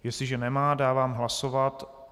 Jestliže nemá, dávám hlasovat.